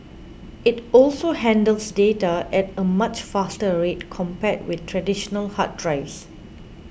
it also handles data at a much faster rate compared with traditional hard drives